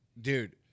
dude